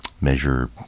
measure